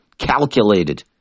calculated